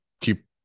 keep